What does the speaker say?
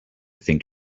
think